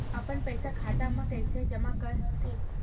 अपन पईसा खाता मा कइसे जमा कर थे?